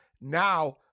Now